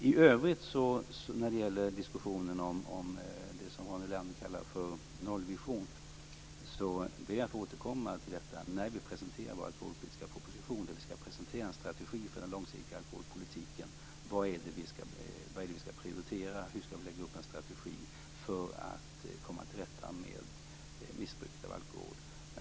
I övrigt när det gäller diskussionen om det som Ronny Olander kallar för nollvision ber jag att få återkomma när vi presenterar vår alkoholpolitiska proposition, där vi skall presentera den långsiktiga strategin för alkoholpolitiken och vad det är vi skall prioritera, hur vi skall lägga upp en strategi för att komma till rätta med missbruket av alkohol.